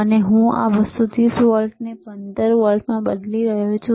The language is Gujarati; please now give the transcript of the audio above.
અને હું આ 230 વોલ્ટને 15 વોલ્ટમાં બદલી રહ્યો છું